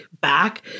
back